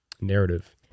narrative